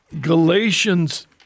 Galatians